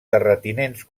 terratinents